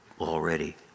already